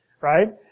right